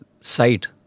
site